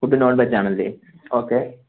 food non veg ആണല്ലേ okay